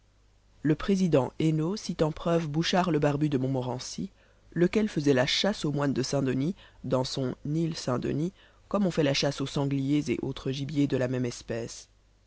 le président hénault cite en preuve bouchard le barbu de montmorency lequel faisait la chasse au moine de saint-denis dans son île saint-denis comme on fait la chasse aux sangliers et autres gibiers de la même espèce